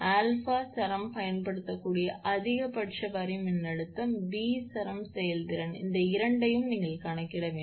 கண்டுபிடி a சரம் பயன்படுத்தக்கூடிய அதிகபட்ச வரி மின்னழுத்தம் b சரம் செயல்திறன் இந்த இரண்டையும் நீங்கள் கணக்கிட வேண்டும்